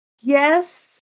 Yes